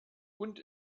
und